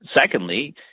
Secondly